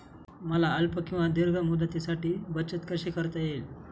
मला अल्प किंवा दीर्घ मुदतीसाठी बचत कशी करता येईल?